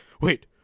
Wait